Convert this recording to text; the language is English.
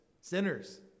sinners